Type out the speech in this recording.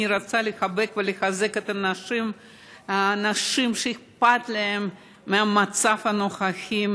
אני רוצה לחבק ולחזק את הנשים והאנשים שאכפת להם מהמצב הנוכחי,